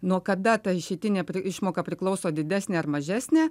nuo kada ta išeitinė išmoka priklauso didesnė ar mažesnė